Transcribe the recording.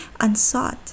unsought